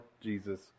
Jesus